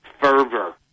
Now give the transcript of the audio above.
fervor